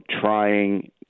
trying